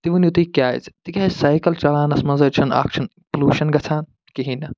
تہِ ؤنِو تۄہہِ کیٛازِ تِکیٛازِ سایکل چَلاونس منٛز حظ چھَنہٕ اکھ چھُنہٕ پُلوٗشن گَژھان کِہیٖنۍ نہٕ